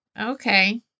Okay